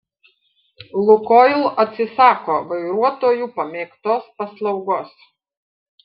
lukoil atsisako vairuotojų pamėgtos paslaugos